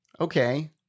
Okay